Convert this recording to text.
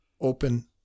open